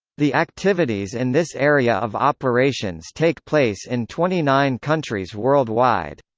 the activities in this area of operations take place in twenty nine countries worldwide.